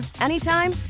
anytime